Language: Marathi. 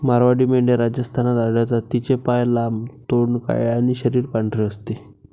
मारवाडी मेंढ्या राजस्थानात आढळतात, तिचे पाय लांब, तोंड काळे आणि शरीर पांढरे असते